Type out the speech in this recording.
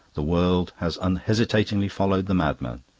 the world has unhesitatingly followed the madman.